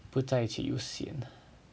不在一起又 sian